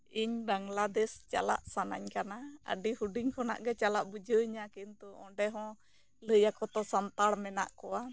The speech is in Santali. ᱤᱧ ᱵᱟᱝᱞᱟᱫᱮᱥ ᱪᱟᱞᱟᱜ ᱥᱟᱹᱱᱟᱹᱧ ᱠᱟᱱᱟ ᱟᱹᱰᱤ ᱦᱩᱰᱤᱧ ᱠᱷᱚᱱᱟᱜ ᱜᱮ ᱪᱟᱞᱟᱜ ᱵᱩᱡᱷᱟᱹᱣ ᱤᱧᱟᱹ ᱠᱤᱱᱛᱩ ᱚᱸᱰᱮ ᱦᱚᱸ ᱞᱟᱹᱭ ᱟᱠᱚ ᱛᱚ ᱥᱟᱱᱛᱟᱲ ᱢᱮᱱᱟᱜ ᱠᱚᱣᱟ